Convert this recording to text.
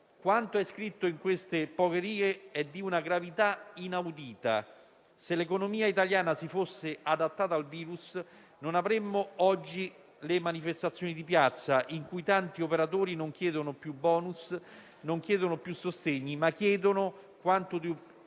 Quanto scritto in queste poche righe è di una gravità inaudita. Se l'economia italiana si fosse adattata al virus, non avremmo oggi le manifestazioni di piazza in cui tanti operatori non chiedono più *bonus* o sostegni, ma quanto di più